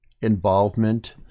involvement